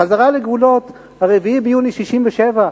חזרה לגבולות ה-4 ביוני 1967,